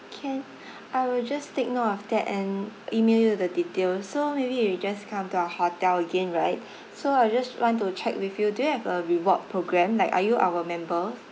can I will just take note of that and email you the details so maybe if you just come to our hotel again right so I just want to check with you do have a reward program like are you our member